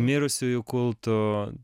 mirusiųjų kultu